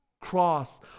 cross